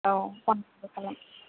औ